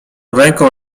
ręką